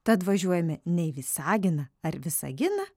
tad važiuojame ne į visaginą ar visaginą